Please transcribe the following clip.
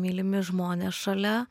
mylimi žmonės šalia